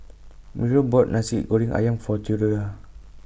Muriel bought Nasi Goreng Ayam For Theodora